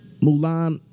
Mulan